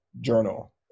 journal